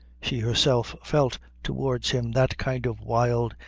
she herself felt towards him that kind of wild,